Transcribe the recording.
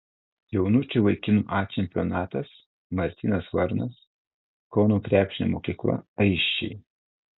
jaunučių vaikinų a čempionatas martynas varnas kauno krepšinio mokykla aisčiai